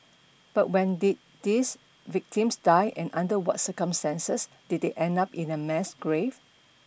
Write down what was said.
but when did these victims die and under what circumstances did they end up in a mass grave